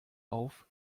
auf